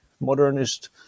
modernist